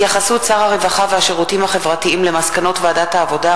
התייחסות שר הרווחה והשירותים החברתיים למסקנות ועדת העבודה,